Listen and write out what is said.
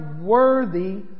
worthy